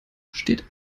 steht